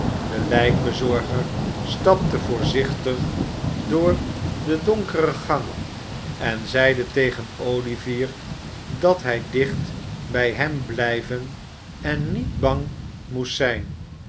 de lijkbezorger stapte voorzichtig door den donkeren gang en zeide tegen olivier dat hij dicht bij hem blijven en niet bang moest zijn